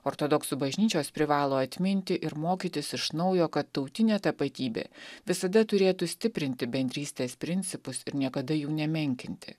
ortodoksų bažnyčios privalo atminti ir mokytis iš naujo kad tautinė tapatybė visada turėtų stiprinti bendrystės principus ir niekada jų nemenkinti